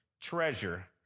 treasure